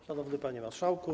Szanowny Panie Marszałku!